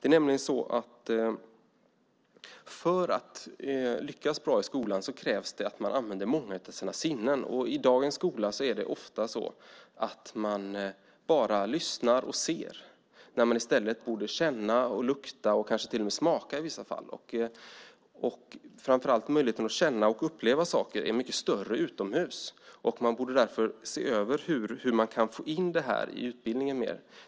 För att lyckas bra i skolan krävs att man använder många av sina sinnen. I dagens skola är det ofta så att man bara lyssnar och ser när man i stället borde känna, lukta och i vissa fall smaka. Framför allt möjligheten att känna och uppleva saker är större utomhus. Man borde därför se över hur man kan få in det i utbildningen.